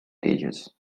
ages